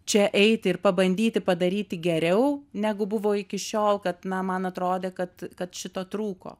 čia eiti ir pabandyti padaryti geriau negu buvo iki šiol kad na man atrodė kad kad šito trūko